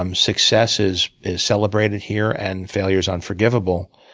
um success is is celebrated here, and failure is unforgivable,